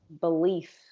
belief